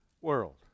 world